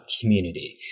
community